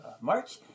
March